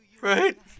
right